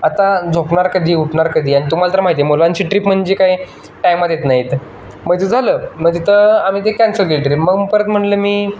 आता झोपणार कधी उठणार कधी आणि तुम्हाला तर माहिती आहे मुलांची ट्रीप म्हणजे काही टायमात येत नाही आहेत मग तर झालं मग तिथं आम्ही ते कॅन्सल केली ट्रीप मग परत म्हणलं मी